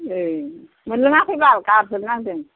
एह मोनलोङाखै बाल गारजोबनांदों